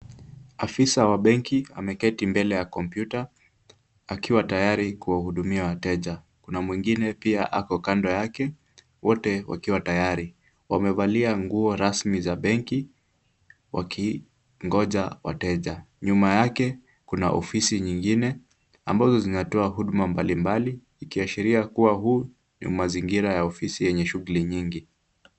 Afisa wa benki ameketi mbele ya kompyuta akiwa tayari kuwahudumia wateja, kuna mwingine pia ako kando yake, wote wakiwa tayari, wamevalia nguo rasmi za benki wakingoja wateja, nyuma yake kuna ofisi nyingine ambazo zinatoa huduma mbalimbali ikiashiria kuwa hii ni mazingira ya ofisi yenye shughuli nyingi.